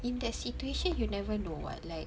in that situation you never know [what] like